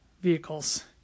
vehicles